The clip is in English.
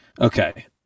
okay